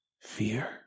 Fear